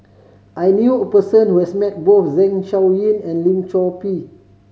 I knew a person who has met both Zeng Shouyin and Lim Chor Pee